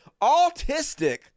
autistic